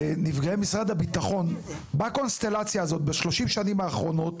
לנפגעי משרד הביטחון בקונסטלציה הזו ב-30 השנים האחרונות